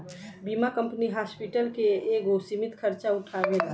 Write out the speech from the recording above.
बीमा company hospital के एगो सीमित खर्चा उठावेला